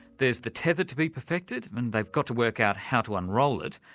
there's the tether to be perfected and they've got to work out how to unroll it,